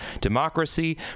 democracy